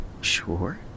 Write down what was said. sure